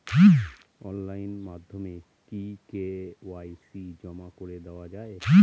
Online মাধ্যমে কি KYC জমা করে দেওয়া য়ায়?